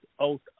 out